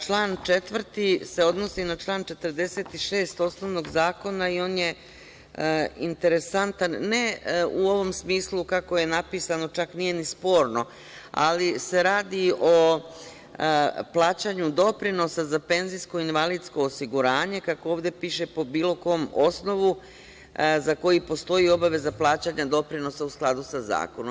Član 4. se odnosi na član 46. osnovnog zakona i on je interesantan ne u ovom smislu kako je napisano, čak nije ni sporno, ali se radi o plaćanju doprinosa za penzijsko-invalidsko osiguranje, kako ovde piše, po bilo kom osnovu za koji postoji obaveza plaćanja doprinosa u skladu sa zakonom.